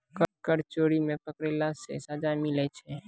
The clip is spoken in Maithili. कर चोरी मे पकड़ैला से सजा मिलै छै